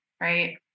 right